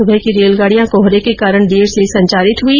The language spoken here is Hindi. सुबह की रेलगाड़ियां कोहरे के कारण देर से संचालित हुई